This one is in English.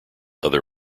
other